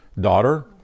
daughter